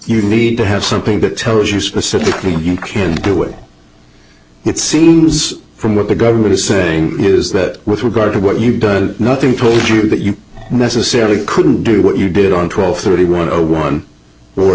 you need to have something that tells you specifically you can do a it seems from what the government is saying is that with regard to what you've done nothing told you that you necessarily couldn't do what you did on twelve thirty one zero one